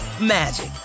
magic